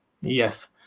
Yes